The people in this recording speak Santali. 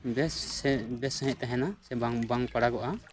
ᱵᱮᱥ ᱥᱮ ᱵᱮᱥ ᱥᱟᱸᱦᱤᱡ ᱛᱟᱦᱮᱱᱟ ᱥᱮ ᱵᱟᱝ ᱵᱟᱝ ᱯᱟᱲᱟᱜᱚᱜᱼᱟ